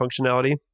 functionality